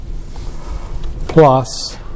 plus